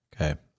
Okay